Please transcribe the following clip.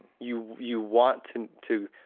you you want to to